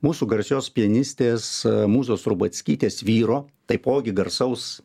mūsų garsios pianistės mūzos rubackytės vyro taipogi garsaus